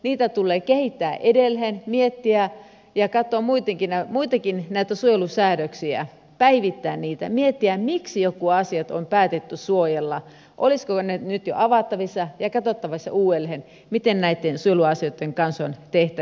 niitä tulee kehittää edelleen miettiä ja katsoa muitakin näitä suojelusäädöksiä päivittää niitä miettiä miksi jotkut asiat on päätetty suojella olisivatko ne nyt jo avattavissa ja katsottavissa uudelleen miten näitten suojeluasioitten kanssa on tehtävissä